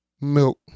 milk